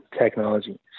technology